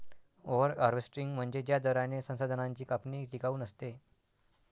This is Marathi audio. ओव्हर हार्वेस्टिंग म्हणजे ज्या दराने संसाधनांची कापणी टिकाऊ नसते